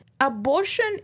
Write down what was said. abortion